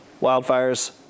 wildfires